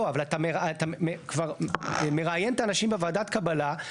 לא, אבל אתה, כבר מראיין את האנשים בוועדת הקבלה.